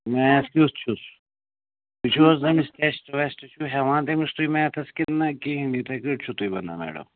math کیُتھ چھُس تُہۍ چھُو حظ أمِس ٹٮ۪سٹ وٮ۪سٹہٕ چھُو ہٮ۪وان تٔمِس تُہۍ میتھَس کِنہٕ نَہ کِہیٖنۍ یِتھَے کٲٹھۍ چھُو تُہۍ ونان میڈم